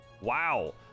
wow